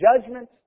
judgment